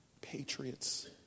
patriots